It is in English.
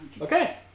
Okay